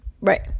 Right